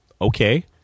okay